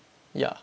ya